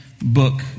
book